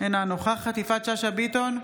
אינה נוכחת יפעת שאשא ביטון,